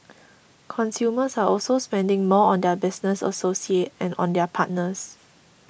consumers are also spending more on their business associate and on their partners